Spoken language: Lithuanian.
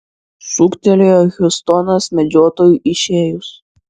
šūktelėjo hiustonas medžiotojui išėjus